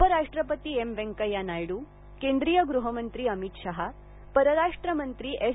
उपराष्ट्रपती एम व्यंकय्या नायडू केंद्रीय गृहमंत्री अमित शहा परराष्ट्र मंत्री एस